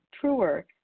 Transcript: truer